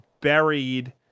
buried